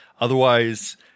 Otherwise